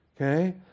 Okay